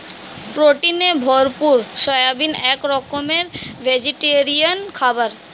প্রোটিনে ভরপুর সয়াবিন এক রকমের ভেজিটেরিয়ান খাবার